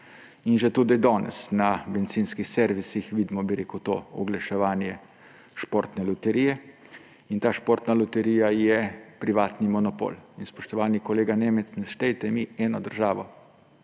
In že tudi danes na bencinskih servisih vidimo to oglaševanje Športne loterije in ta Športna loterija je privatni monopol. Spoštovani kolega Nemec, naštejte mi eno državo